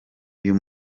uyu